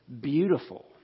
beautiful